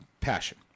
passion